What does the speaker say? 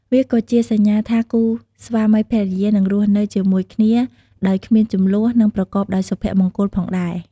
វាក៏ជាសញ្ញាថាគូស្វាមីភរិយានឹងរស់នៅជាមួយគ្នាដោយគ្មានជម្លោះ និងប្រកបដោយសុភមង្គលផងដែរ។